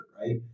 right